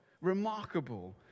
Remarkable